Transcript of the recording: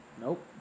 Nope